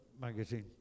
magazine